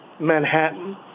Manhattan